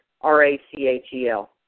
R-A-C-H-E-L